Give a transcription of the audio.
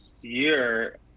year